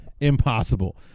impossible